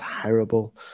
terrible